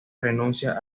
renuncia